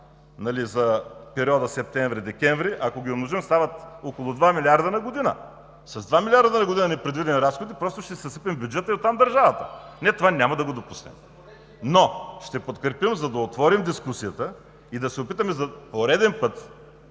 за периода септември – декември, ако ги умножим, стават около 2 млрд. лв. на година. С два милиарда на година непредвидени разходи просто ще съсипем бюджета и оттам –държавата. Ние това няма да го допуснем. (Реплики от „БСП за България“.) Но ще подкрепим, за да отворим дискусията и да се опитаме за пореден път